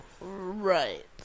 right